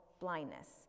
blindness